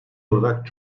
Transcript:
olarak